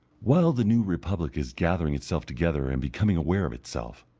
while the new republic is gathering itself together and becoming aware of itself,